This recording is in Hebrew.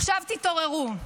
עכשיו, התעוררו.